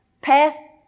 pass